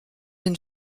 une